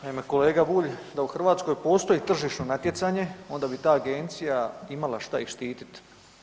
Naime, kolega Bulj da u Hrvatskoj postoji tržišno natjecanje onda bi ta agencija imala šta i štitit.